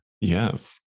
Yes